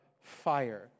fire